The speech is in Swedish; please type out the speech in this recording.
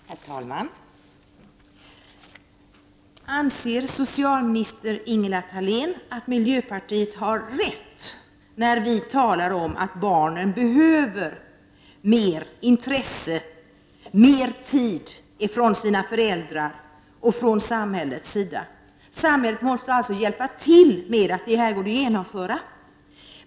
Herr talman! Anser socialminister Ingela Thalén att vi i miljöpartiet har rätt, när vi talar om att barnen behöver mer intresse och tid från sina föräldrar och från samhällets sida? Samhället måste hjälpa till så att detta går att genomföra.